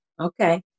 Okay